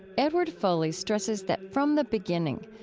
edward foley stresses that, from the beginning,